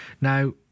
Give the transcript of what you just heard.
Now